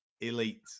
elite